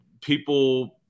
people